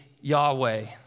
Yahweh